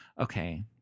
Okay